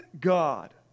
God